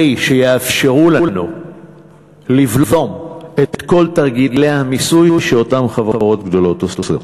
שיאפשרו לנו לבלום את כל תרגילי המיסוי שאותן חברות גדולות עושות.